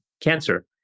cancer